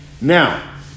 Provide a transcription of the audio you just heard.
Now